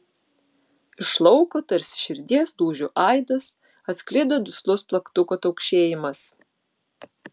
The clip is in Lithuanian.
iš lauko tarsi širdies dūžių aidas atsklido duslus plaktuko taukšėjimas